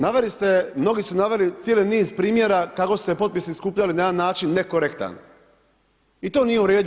Naveli ste, mnogi su naveli cijeli niz primjera kako su se potpisi skupljali na jedan način nekorektan i to nije u redu.